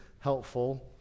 helpful